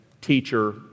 teacher